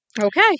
Okay